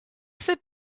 sit